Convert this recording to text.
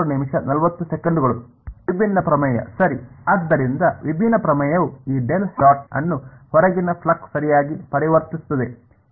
ವಿಭಿನ್ನ ಪ್ರಮೇಯ ಸರಿ ಆದ್ದರಿಂದ ವಿಭಿನ್ನ ಪ್ರಮೇಯವು ಈ ಡೆಲ್ ಡಾಟ್ ಅನ್ನು ಹೊರಗಿನ ಫ್ಲಕ್ಸ್ ಸರಿಯಾಗಿ ಪರಿವರ್ತಿಸುತ್ತದೆ